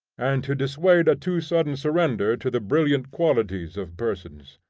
and to dissuade a too sudden surrender to the brilliant qualities of persons.